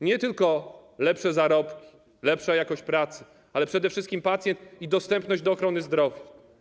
Nie tylko lepsze zarobki, lepsza jakość pracy, ale przede wszystkim pacjent i dostępność ochrony zdrowia.